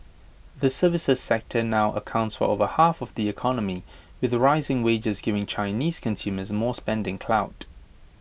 the services sector now accounts for over half of the economy with rising wages giving Chinese consumers more spending clout